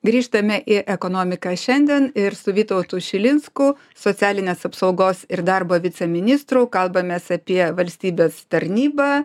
grįžtame į ekonomiką šiandien ir su vytautu žilinsku socialinės apsaugos ir darbo viceministru kalbamės apie valstybės tarnybą